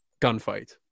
gunfight